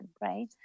right